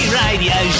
radio